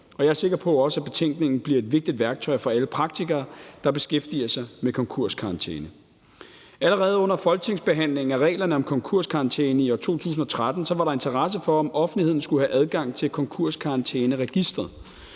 også sikker på, at betænkningen bliver et vigtigt værktøj for alle praktikere, der beskæftiger sig med konkurskarantæne. Allerede under folketingsbehandlingen af reglerne om konkurskarantæne i år 2013 var der interesse for, om offentligheden skulle have adgang til konkurskarantæneregisteret.